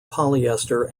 polyester